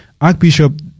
Archbishop